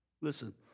Listen